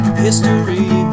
history